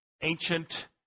ancient